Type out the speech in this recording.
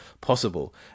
possible